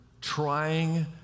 trying